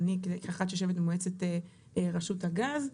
ואני כאחת שיושבת במועצת רשות הגז,